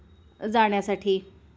जाण्यासाठी